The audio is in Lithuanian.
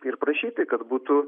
ir prašyti kad būtų